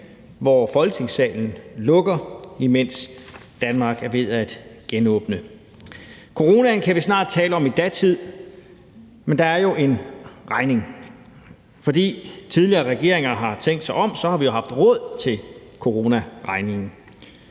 hvor Folketingssalen lukker, imens Danmark er ved at genåbne. Coronaen kan vi snart tale om i datid, men der er jo en regning, og fordi tidligere regeringer har tænkt sig om, har vi haft råd til coronaregningen.